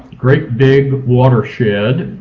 great big watershed,